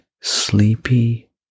sleepy